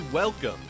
Welcome